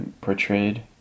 portrayed